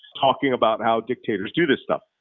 talking about how dictators do this stuff.